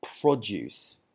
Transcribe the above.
produce